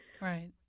Right